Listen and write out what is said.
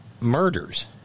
murders